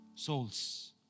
souls